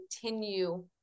continue